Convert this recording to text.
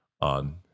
on